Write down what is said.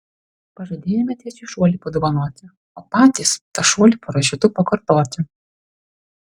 pažadėjome tėčiui šuolį padovanoti o patys tą šuolį parašiutu pakartoti